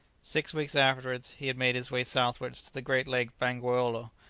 six weeks afterwards he had made his way southwards to the great lake bangweolo,